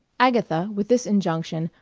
agatha, with this injunction,